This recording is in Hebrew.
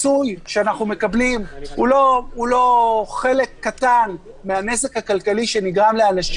הפיצוי שאנחנו מקבלים הוא חלק קטן מהנזק הכלכלי שנגרם לנו.